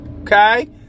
Okay